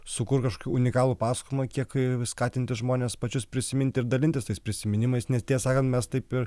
sukurti kažką unikalų pasakojimą kiek skatinti žmones pačius prisiminti ir dalintis tais prisiminimais nes tiesą sakant mes taip ir